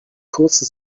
kurze